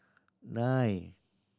nine